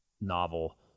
novel